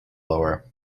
lower